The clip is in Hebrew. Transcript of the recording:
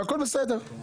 והכול בסדר.